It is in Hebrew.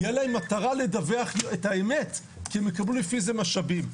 תהיה להם מטרה לדווח את האמת כי הם יקבלו לפי זה משאבים.